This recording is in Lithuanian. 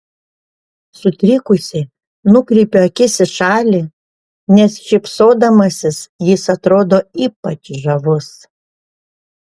sutrikusi nukreipiu akis į šalį nes šypsodamasis jis atrodo ypač žavus